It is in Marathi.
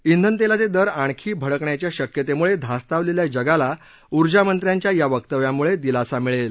ब्रेनतेलाचे दर आणखी भडकण्याच्या शक्यतेमुळे धास्तावलेल्या जगाला ऊर्जामंत्र्यांच्या या वक्तव्यामुळे दिलासा मिळेल